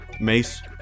Mace